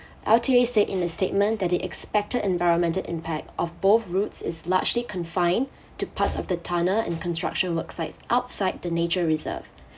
L_T_A state in a statement that it expected environmental impact of both routes is largely confined to parts of the tunnel and construction worksites outside the nature reserve